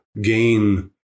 gain